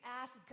ask